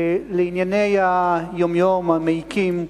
לענייני היום-יום המעיקים,